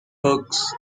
books